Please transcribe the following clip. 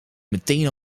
meteen